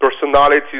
personalities